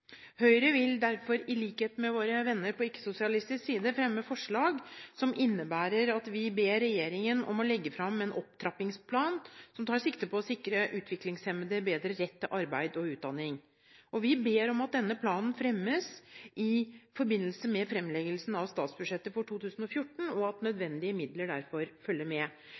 Høyre vil derfor – i likhet med våre venner på ikke-sosialistisk side – fremme et forslag hvor vi ber regjeringen om å legge fram en opptrappingsplan som tar sikte på å sikre utviklingshemmede bedre rett til arbeid og utdanning. Vi ber om at denne planen fremmes i forbindelse med fremleggelsen av statsbudsjettet for 2014, og at nødvendige midler derfor følger med.